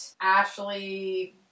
Ashley